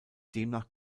demnach